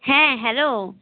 হ্যাঁ হ্যালো